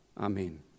Amen